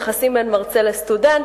יחסים בין מרצה לסטודנט,